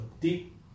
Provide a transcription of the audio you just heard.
deep